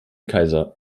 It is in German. kaiser